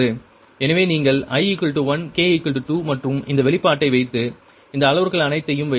எனவே நீங்கள் i 1 k 2 மற்றும் இந்த வெளிப்பாட்டை வைத்து இந்த அளவுருக்கள் அனைத்தையும் வைத்தால் Q12 உண்மையில் 0